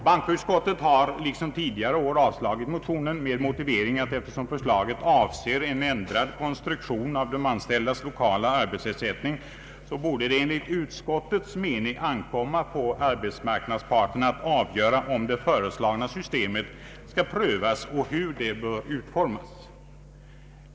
Bankoutskottet har liksom tidigare år avslagit motionen med motivering att eftersom förslaget avser en ändrad konstruktion av de anställdas lokala arbetsersättning så borde det enligt utskottets mening ankomma på arbetsmarknadsparterna att avgöra om det föreslagna systemet skall prövas och hur det bör utformas.